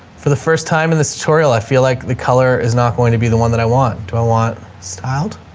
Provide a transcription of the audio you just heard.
for the first time in this tutorial, i feel like the color is not going to be the one that i want. do i want styled,